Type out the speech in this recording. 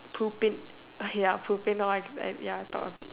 pooping uh ya pooping now I ya thought of it